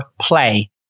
play